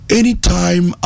anytime